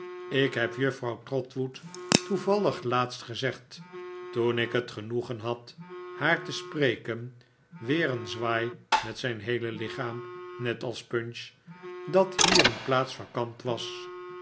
ik heb juffrouw trotwood toevallig laatst gezegd toen ik het genoegen had haar te spreken weer een zwaai met zijn heele lichaam net als punch dat hier een plaats vacant was